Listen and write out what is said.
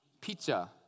Pizza